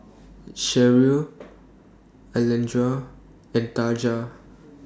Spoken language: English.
Sherrill Alondra and Taja